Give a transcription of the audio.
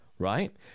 Right